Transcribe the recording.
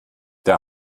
der